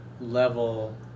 level